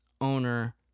owner